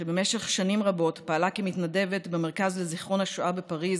שבמשך שנים רבות פעלה כמתנדבת במרכז לזיכרון השואה בפריז